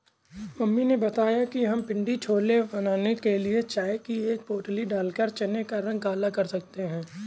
mummy ने बताया कि हम पिण्डी छोले बनाने के लिए चाय की एक पोटली डालकर चने का रंग काला कर सकते हैं